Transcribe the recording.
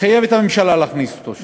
חייב את הממשלה להכניס אותו לרשימה.